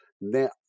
Now